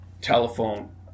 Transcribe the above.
telephone